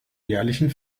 jährlichen